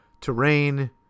terrain